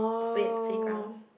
play at playground